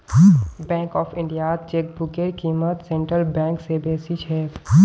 bank of इंडियात चेकबुकेर क़ीमत सेंट्रल बैंक स बेसी छेक